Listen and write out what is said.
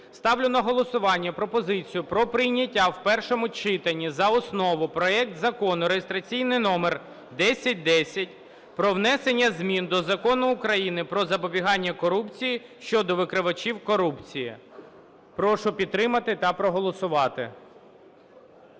Ставлю на голосування пропозицію про прийняття в першому читанні за основу проект Закону (реєстраційний номер) 1010 про внесення змін до Закону України "Про запобігання корупції" щодо викривачів корупції. Прошу підтримати та проголосувати.